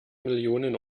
millionen